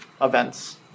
events